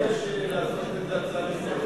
אולי תבקש לעשות את זה הצעה לסדר-היום,